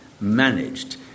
managed